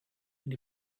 and